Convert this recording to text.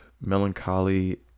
melancholy